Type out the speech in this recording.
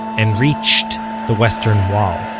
and reached the western wall